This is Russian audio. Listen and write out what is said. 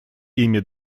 ими